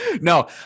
No